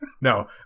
No